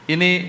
Ini